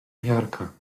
miarka